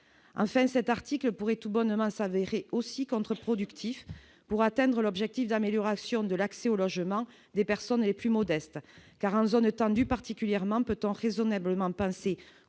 en fait cet article pourrait tout bonnement s'avérer aussi contre-productif pour atteindre l'objectif d'amélioration de l'accès au logement des personnes les plus modestes car en zone tendue particulièrement peut-on raisonnablement penser